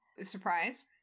surprise